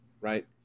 right